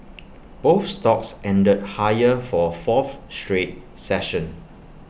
both stocks ended higher for A fourth straight session